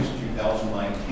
2019